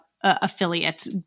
affiliates